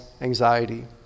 anxiety